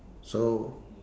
so